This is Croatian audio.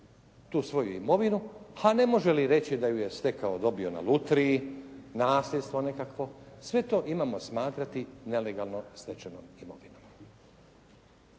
tu svoju imovinu, a ne može li reći da ju je stekao, dobio na lutriji, nasljedstvo nekakvo sve to imamo smatrati nelegalno stečenom imovinom.